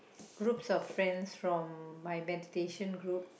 groups of friends from my meditation group